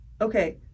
Okay